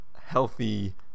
healthy